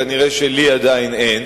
כנראה לי עדיין אין.